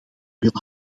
wil